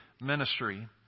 ministry